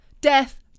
Death